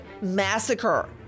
massacre